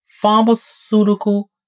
Pharmaceutical